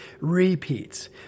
repeats